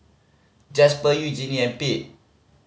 Jasper Eugenie and Pete